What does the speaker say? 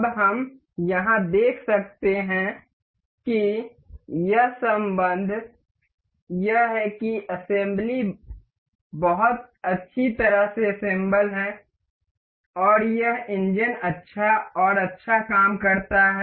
अब हम यहां देख सकते हैं कि यह संबंध यह है कि यह असेम्ब्ली बहुत अच्छी तरह से असेम्ब्ल है और यह इंजन अच्छा और अच्छा काम करता है